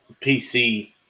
PC